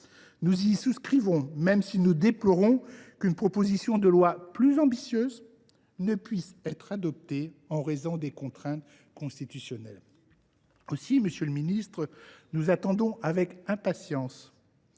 Nous y souscrivons, même si nous déplorons qu’une proposition de loi plus ambitieuse ne puisse être adoptée en raison de contraintes constitutionnelles. Ah… Aussi, monsieur le ministre, nous attendons avec impatience